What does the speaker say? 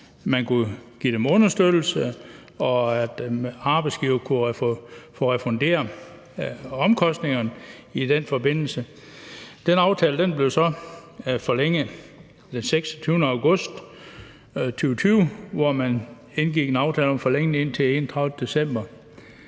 man kunne give dem understøttelse, og at arbejdsgiver kunne få refunderet omkostningerne i den forbindelse. Den aftale blev så forlænget den 26. august 2020, hvor man indgik en aftale om at forlænge det indtil 31. december.